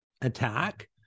Attack